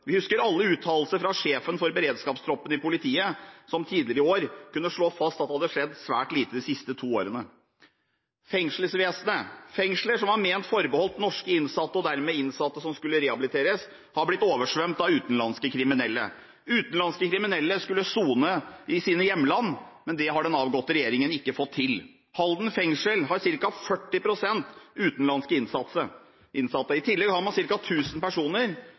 Vi husker alle uttalelser fra sjefen for beredskapstroppen i politiet, som tidligere i år kunne slå fast at det hadde skjedd svært lite de siste to årene. Når det gjelder fengselsvesenet, har fengsler som var ment forbeholdt norske innsatte og dermed innsatte som skulle rehabiliteres, blitt oversvømt av utenlandske kriminelle. Utenlandske kriminelle skulle sone i sitt hjemland, men det har den avgåtte regjeringen ikke fått til. Halden fengsel har ca. 40 pst. utenlandske innsatte. I tillegg har man ca. 1 000 personer